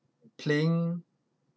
playing